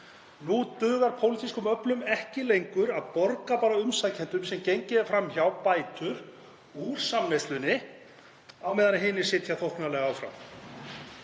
Nú dugar pólitískum öflum ekki lengur að borga bara umsækjendum sem gengið er fram hjá bætur úr samneyslunni á meðan hinir sitja þóknanlegir áfram.